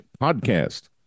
podcast